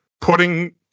putting